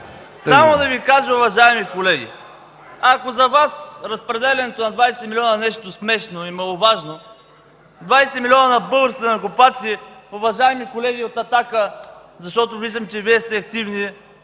Само да Ви кажа, уважаеми колеги, ако за Вас разпределянето на 20 милиона е нещо смешно и маловажно, 20 милиона на българските данъкоплатци, уважаеми колеги от „Атака”, защото виждам, че Вие сте активни,